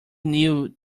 knew